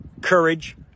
courage